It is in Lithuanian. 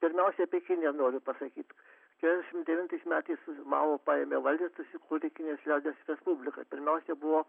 pirmiausia apie kiniją noriu pasakyt keturiasdešimt devintais metais mao paėmė valdžią susikūrė kinijos liaudies respublika pirmiausia buvo